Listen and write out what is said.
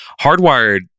hardwired